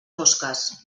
mosques